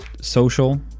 social